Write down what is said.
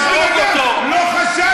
יש בן אדם, לא חשבת,